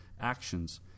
actions